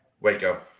Waco